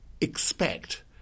expect